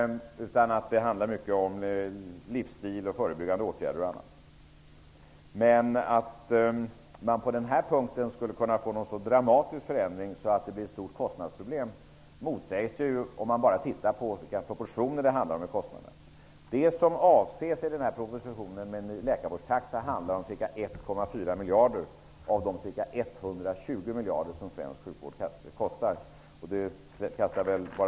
Det handlar mycket om livsstil, förebyggande åtgärder m.m. Att man på den här punkten skulle kunna få en så dramatisk förändring att det skulle leda till ett stort kostnadsproblem motsägs om man bara tittar på vilka proportioner det rör sig om när det gäller kostnaderna. Det som avses i propositionen om ny läkarvårdstaxa gäller ca 1,4 miljarder av de ca 120 miljarder som svensk sjukvård kostar.